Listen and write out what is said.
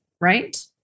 right